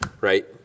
right